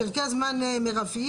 פרקי זמן מרביים